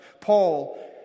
Paul